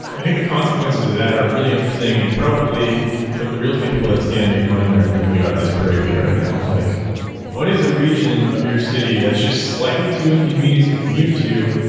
i think the consequences of that are really interesting and probably like the real estate people that stand and make money are thinking about this critically right now. like what is a region of your city that's just slightly too inconvenient to commute to,